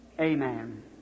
amen